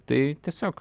tai tiesiog